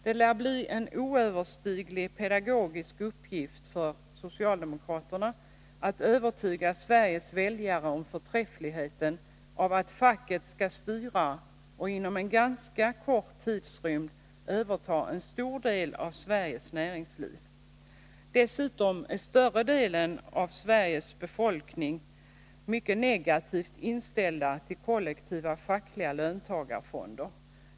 Det lär bli en oöverstiglig pedagogisk uppgift för socialdemokraterna att övertyga Sveriges väljare om förträffligheten av att facket skall styra och inom en ganska kort tidrymd överta en stor del av landets näringsliv. Dessutom är större delen av vår befolkning mycket negativt inställd till kollektiva fackliga löntagarfonder.